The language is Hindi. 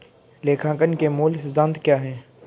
लेखांकन के मूल सिद्धांत क्या हैं?